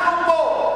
אנחנו פה.